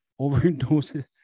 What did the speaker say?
overdoses